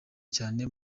cyane